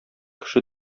кеше